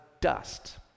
dust